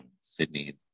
Sydney